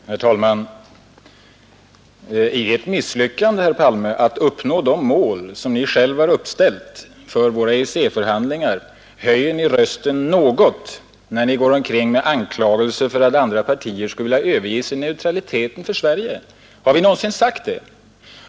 Herr talman! I Ert misslyckande, herr Palme, att uppnå de mål som Ni själv har uppställt för våra EEC-förhandlingar höjer Ni rösten något, när Ni anklagar andra partier för att vilja överge Sveriges neutralitet. Har vi någonsin sagt det?